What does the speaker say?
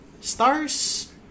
Stars